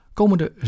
Komende